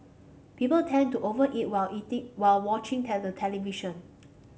people tend to over eat while eating while watching television